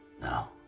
Now